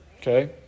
okay